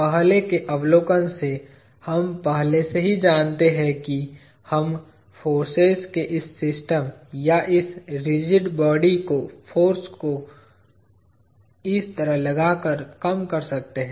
पहले के अवलोकन से हम पहले से ही जानते हैं कि हम फोर्सेज के इस सिस्टम या इस रिजिड बॉडी को फाॅर्स को इस तरह लगा कर कम कर सकते हैं